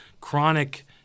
chronic